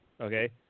okay